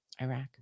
Iraq